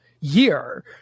year